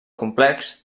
complex